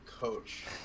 coach